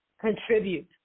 contribute